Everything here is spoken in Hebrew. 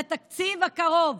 לתקציב הקרוב.